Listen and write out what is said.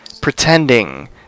pretending